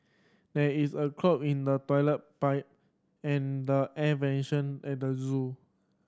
there is a clog in the toilet pipe and the air at the zoo